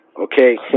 Okay